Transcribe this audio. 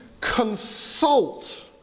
consult